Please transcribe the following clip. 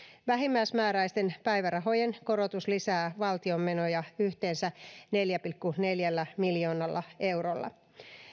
vähimmäismääräisten päivärahojen korotus lisää valtion menoja yhteensä neljällä pilkku neljällä miljoonalla eurolla